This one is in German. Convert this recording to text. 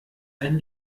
ein